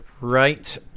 right